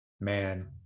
man